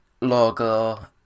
logo